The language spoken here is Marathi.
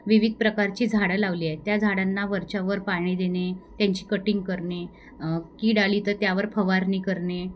विविध प्रकारची झाडं लावली आहे त्या झाडांना वरच्या वर पाणी देणे त्यांची कटिंग करणे कीड आली तर त्यावर फवारणी करणे